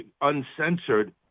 uncensored